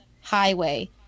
highway